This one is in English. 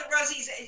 Rosie's